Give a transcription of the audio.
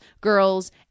girls